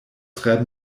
tre